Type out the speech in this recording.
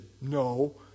no